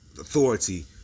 authority